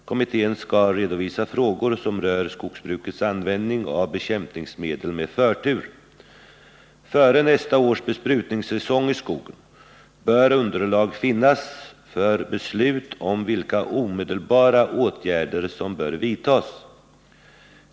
Kommittén skall med förtur redovisa frågor som rör skogsbrukets användning av bekämpningsmedel. Före nästa års besprutningssäsong i skogen bör underlag finnas för beslut om vilka omedelbara åtgärder som bör vidtas.